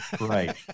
Right